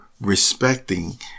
respecting